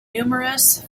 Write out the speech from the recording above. numerous